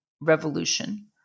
revolution